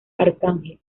arcángel